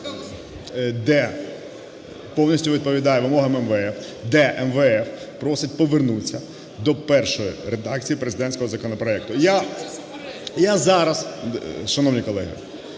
де… повністю відповідає вимогам МВФ, де МВФ просить повернутися до першої редакції президентського законопроекту. Я зараз, шановні колеги,